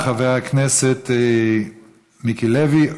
תודה רבה, חבר הכנסת מיקי לוי.